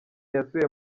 yasuye